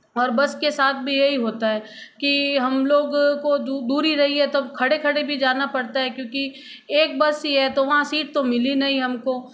और बस के साथ भी यही होता है कि हम लोग को दूरी रही है तो खड़े खड़े भी जाना पड़ता है क्योंकि एक बस ही है तो वहाँ सीट तो मिली नहीं हमको